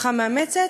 משפחה מאמצת,